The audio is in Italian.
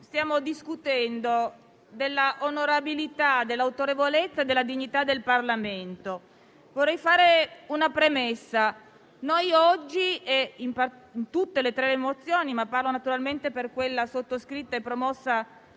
stiamo discutendo dell'onorabilità, dell'autorevolezza e della dignità del Parlamento. Vorrei fare una premessa: oggi in tutte le tre mozioni - ma parlo naturalmente per quella sottoscritta e promossa